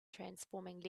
transforming